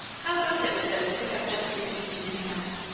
how goes it with those who have just received a new sense,